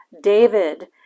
David